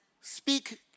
Speak